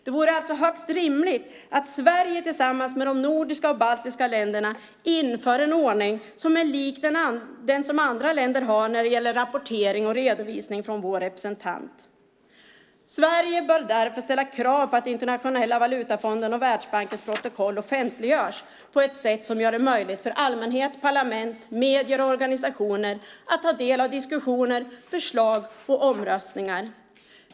Det vore alltså högst rimligt att Sverige tillsammans med de nordiska och baltiska länderna inför en ordning som är lik den som andra länder har när det gäller rapportering och redovisning från vår representant. Sverige bör därför ställa krav på att Internationella valutafondens och Världsbankens protokoll offentliggörs på ett sätt som gör det möjligt för allmänhet, parlament, medier och organisationer att ta del av diskussioner, förslag och omröstningar.